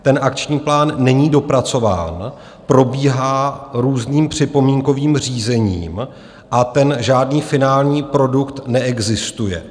Ten akční plán není dopracován, probíhá různým připomínkovým řízením a žádný finální produkt neexistuje.